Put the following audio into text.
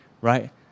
right